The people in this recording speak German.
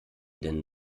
denn